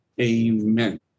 Amen